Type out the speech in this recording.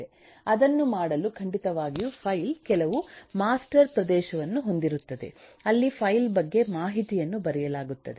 ಅದನ್ನು ಮಾಡಲು ಖಂಡಿತವಾಗಿಯೂ ಫೈಲ್ ಕೆಲವು ಮಾಸ್ಟರ್ ಪ್ರದೇಶವನ್ನು ಹೊಂದಿರುತ್ತದೆ ಅಲ್ಲಿ ಫೈಲ್ ಬಗ್ಗೆ ಮಾಹಿತಿಯನ್ನು ಬರೆಯಲಾಗುತ್ತದೆ